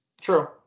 True